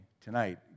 tonight